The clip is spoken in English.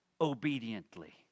obediently